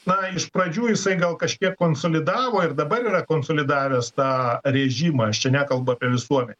na iš pradžių jisai gal kažkiek konsolidavo ir dabar yra konsolidavęs tą režimą aš čia nekalbu apie visuomenę